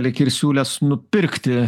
lyg ir siūlęs nupirkti